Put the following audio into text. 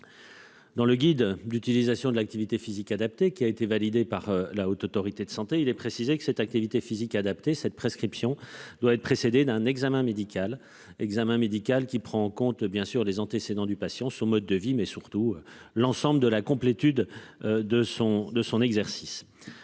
Dans le guide d'utilisation de l'activité physique adaptée, qui a été validée par la Haute autorité de santé il est précisé que cette activité physique adaptée cette prescription doit être précédée d'un examen médical examen médical qui prend en compte bien sûr des antécédents du patient, son mode de vie mais surtout l'ensemble de la complétude. De son de son exercice.